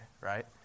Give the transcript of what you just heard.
right